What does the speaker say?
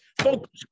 focus